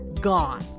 Gone